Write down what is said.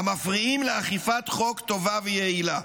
המפריעים לאכיפת חוק טובה ויעילה'.